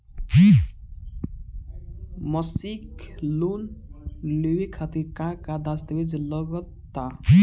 मसीक लोन लेवे खातिर का का दास्तावेज लग ता?